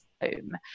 home